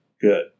good